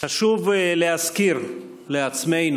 חשוב להזכיר לעצמנו